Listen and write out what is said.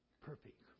perfect